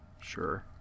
Sure